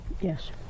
yes